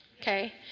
okay